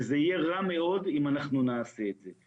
יהיה רע מאוד אם אנחנו נעשה את זה.